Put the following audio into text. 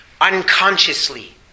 unconsciously